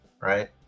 Right